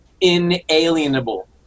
inalienable